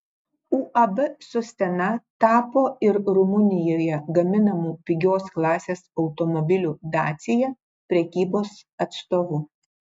uab sostena tapo ir rumunijoje gaminamų pigios klasės automobilių dacia prekybos atstovu